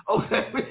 Okay